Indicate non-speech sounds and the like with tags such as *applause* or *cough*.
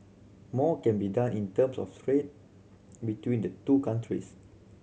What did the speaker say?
more can be done in terms of *unintelligible* trade between the two countries